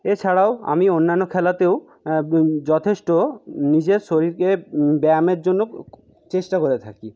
এছাড়াও আমি অন্যান্য খেলাতেও যথেষ্ট নিজের শরীরকে ব্যায়ামের জন্য চেষ্টা করে থাকি